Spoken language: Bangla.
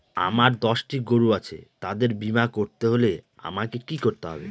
আমার দশটি গরু আছে তাদের বীমা করতে হলে আমাকে কি করতে হবে?